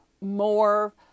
more